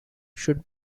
should